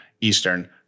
Eastern